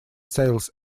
sales